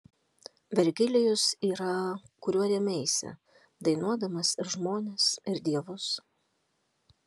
vergilijus yra kuriuo rėmeisi dainuodamas ir žmones ir dievus